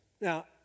Now